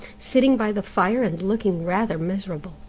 sitting by the fire and looking rather miserable,